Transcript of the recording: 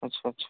अच्छा अच्छा